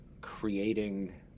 creating